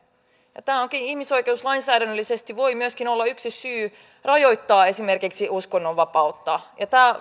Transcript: ja tämä ihmisoikeuslainsäädännöllisesti voi myöskin olla yksi syy rajoittaa esimerkiksi uskonnonvapautta